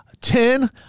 Ten